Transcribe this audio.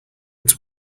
its